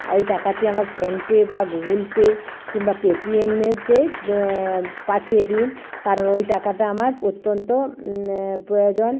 ওই টাকাটি আমার ফোনপে বা গুগল পে কিংবা পেটিএমেতে পাঠিয়ে দিন কারণ ওই টাকাটা আমার অত্যন্ত এ প্রয়োজন